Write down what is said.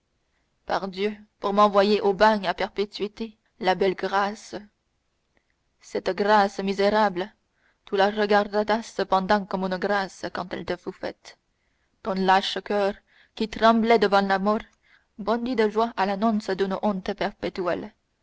pardieu pour m'envoyer au bagne à perpétuité la belle grâce cette grâce misérable tu la regardas cependant comme une grâce quand elle te fut faite ton lâche coeur qui tremblait devant la mort bondit de joie à l'annonce d'une